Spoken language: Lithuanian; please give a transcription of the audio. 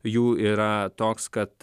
jų yra toks kad